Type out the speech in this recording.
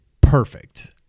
perfect